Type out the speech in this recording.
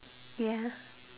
ya